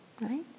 right